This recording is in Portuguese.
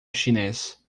chinês